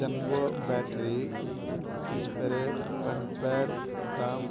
jumbo battery spray पंपैर दाम